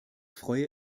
freue